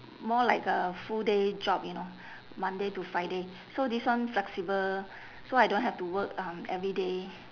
more like a full day job you know monday to friday so this one flexible so I don't have to work um every day